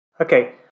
Okay